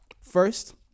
First